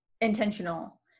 intentional